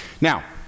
now